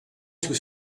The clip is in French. sous